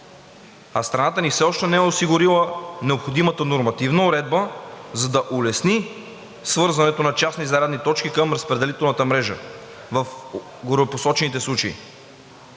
а страната ни все още не е осигурила необходимата нормативна уредба, за да улесни свързването на частни зарядни точки към разпределителната мрежа в горепосочените случаи.